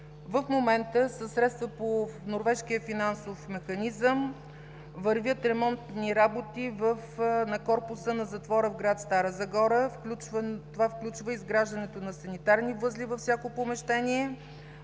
В момента със средства по Норвежкия финансов механизъм вървят ремонтни работи на корпуса на затвора в град Стара Загора. Това включва изграждането на санитарни възли във всяко помещение